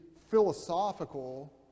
philosophical